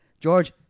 George